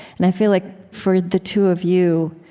and i feel like, for the two of you,